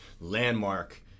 landmark